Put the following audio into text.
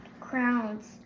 crowns